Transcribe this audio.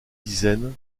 dizaines